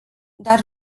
dar